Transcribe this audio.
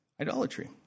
Idolatry